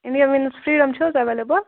India means freedom چھِ حظ available